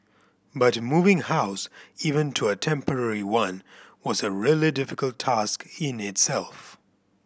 but moving house even to a temporary one was a really difficult task in itself